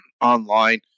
online